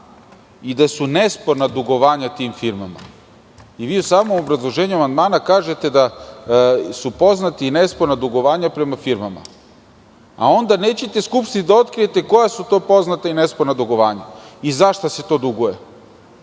i da su nesporna dugovanja tim firmama i vi u samom obrazloženju amandmana kažete da su poznata i nesporna dugovanja prema firmama, a onda nećete Skupštini da otkrijete koja su to poznata i nesporna dugovanja i za šta se to duguje,